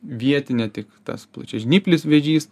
vietinė tik tas plačiažnyplis vėžys